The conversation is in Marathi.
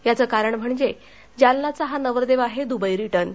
याचं कारण म्हणजे जालन्याचा हा नवरदेव आहे दुबई रिटर्न